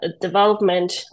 development